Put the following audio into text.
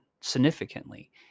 significantly